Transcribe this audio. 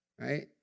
right